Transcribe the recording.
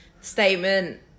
statement